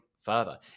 further